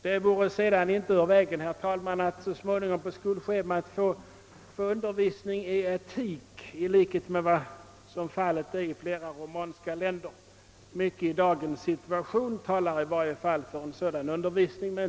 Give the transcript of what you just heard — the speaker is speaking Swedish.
Det vore sedan inte ur vägen att så småningom på skolschemat införa undervisning i etik i likhet med vad som är fallet i flera romanska länder. Mycket i dagens situation talar i varje fall för en sådan undervisning.